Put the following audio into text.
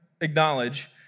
acknowledge